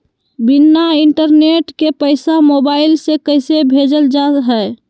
बिना इंटरनेट के पैसा मोबाइल से कैसे भेजल जा है?